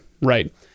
right